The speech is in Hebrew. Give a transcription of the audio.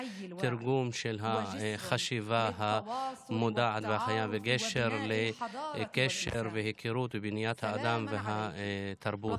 תרגום של החשיבה המודעת והחיה בגשר לקשר והיכרות ובניית האדם והתרבות.